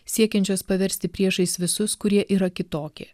siekiančios paversti priešais visus kurie yra kitokie